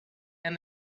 and